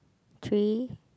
three